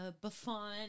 buffon